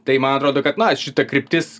tai man atrodo kad na šita kryptis